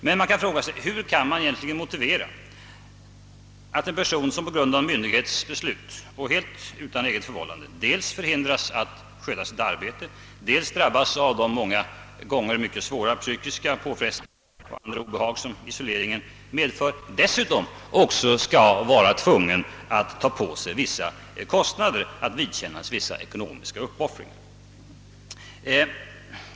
Man kan fråga hur det egentligen kan motiveras att en person, som på grund av myndighets beslut och helt utan eget förvållande dels förhindras att sköta sitt arbete och dels drabbas av de många gånger mycket svåra psykiska påfrestningar och andra obehag som isoleringen medför, dessutom skall vara tvungen vidkännas ekonomiska uppoffringar.